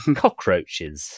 cockroaches